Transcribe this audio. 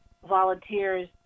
volunteers